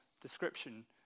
description